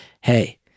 Hey